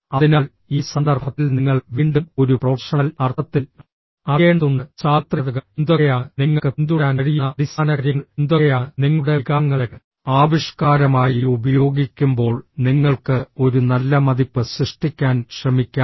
അതിനാൽ ഈ സന്ദർഭത്തിൽ നിങ്ങൾ വീണ്ടും ഒരു പ്രൊഫഷണൽ അർത്ഥത്തിൽ അറിയേണ്ടതുണ്ട് സാർവത്രികതകൾ എന്തൊക്കെയാണ് നിങ്ങൾക്ക് പിന്തുടരാൻ കഴിയുന്ന അടിസ്ഥാനകാര്യങ്ങൾ എന്തൊക്കെയാണ് നിങ്ങളുടെ വികാരങ്ങളുടെ ആവിഷ്കാരമായി ഉപയോഗിക്കുമ്പോൾ നിങ്ങൾക്ക് ഒരു നല്ല മതിപ്പ് സൃഷ്ടിക്കാൻ ശ്രമിക്കാം